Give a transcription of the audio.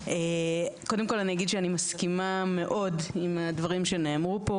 קודם כל אני אגיד שאני מסכימה מאוד עם הדברים שנאמרו פה.